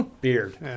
Beard